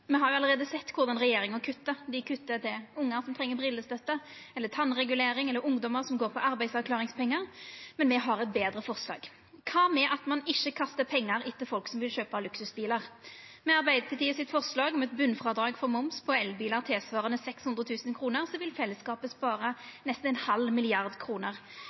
Me har allereie sett korleis regjeringa kuttar. Dei kuttar til ungar som treng brillestøtte eller tannregulering, eller til ungdommar som går på arbeidsavklaringspengar, men me har eit betre forslag. Kva med at ein ikkje kastar pengar etter folk som vil kjøpa luksusbilar? Med Arbeidarpartiet sitt forslag om eit botnfrådrag for moms på elbilar tilsvarande 600 000 kr vil fellesskapet spara nesten ein halv milliard kroner.